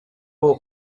ubu